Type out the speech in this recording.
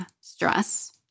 stress